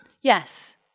yes